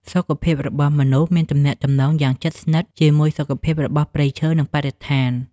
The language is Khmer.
សុខភាពរបស់មនុស្សមានទំនាក់ទំនងយ៉ាងជិតស្និទ្ធជាមួយសុខភាពរបស់ព្រៃឈើ និងបរិស្ថាន។